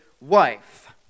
wife